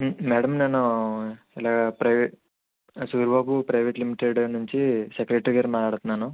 madam నేను ఇలాగా private Suribabu private limited నుంచి సెక్రటరీ గారిని మాట్లాడుతున్నాను